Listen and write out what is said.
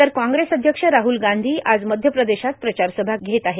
तर कांग्रेस अध्यक्ष राहल गांधी आज मध्य प्रदेशात प्रचार सभा घेत आहे